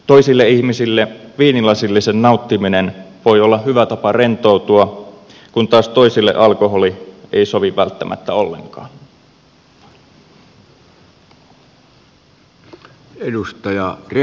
toisille ihmisille viinilasillisen nauttiminen voi olla hyvä tapa rentoutua kun taas toisille alkoholi ei sovi välttämättä ollenkaan